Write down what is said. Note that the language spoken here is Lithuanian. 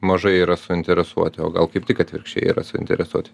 mažai yra suinteresuoti o gal kaip tik atvirkščiai yra suinteresuoti